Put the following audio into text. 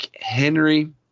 Henry